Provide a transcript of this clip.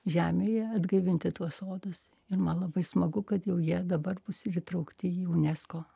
žemėj atgaivinti tuos sodus ir man labai smagu kad jau jie dabar bus įtraukti į unesco